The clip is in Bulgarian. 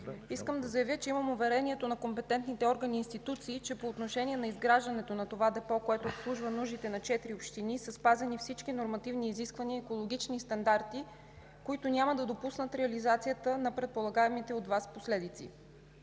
искам да заявя, че имам уверението на компетентните органи и институции, че по отношение изграждането на това депо, което обслужва нуждите на четири общини, са спазени всички нормативни изисквания и екологични стандарти, които няма да допуснат реализацията на предполагаемите от Вас последици.